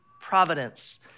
providence